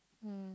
mm